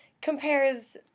compares